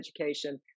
education